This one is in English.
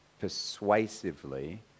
persuasively